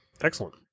Excellent